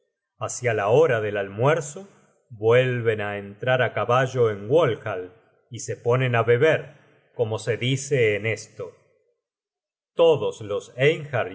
juegos haciala hora del almuerzo vuelven á entrar á caballo en walhall y se ponen á beber como se dice en esto content from